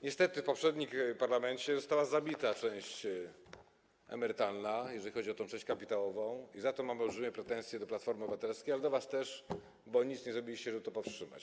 Niestety w poprzednim parlamencie została zabita część emerytalna, jeżeli chodzi o tę część kapitałową, i o to mam olbrzymie pretensje do Platformy Obywatelskiej, ale do was też, bo nic nie zrobiliście, żeby to powstrzymać.